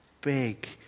big